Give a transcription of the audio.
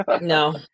No